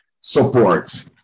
support